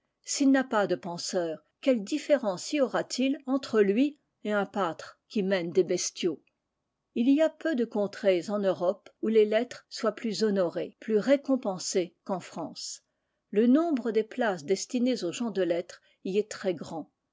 s'il n'a pas de penseurs quelle différence y aura-t-il entre lui et un pâtre qui mène des bestiaux il y a peu de contrées en europe où les lettres soient plus honorées plus récompensées qu'en france le nombre des places destinées aux gens de lettres y est très grand